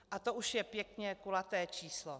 A to už je pěkně kulaté číslo.